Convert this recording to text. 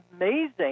amazing